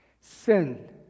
Sin